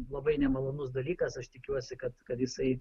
labai nemalonus dalykas aš tikiuosi kad kad jisai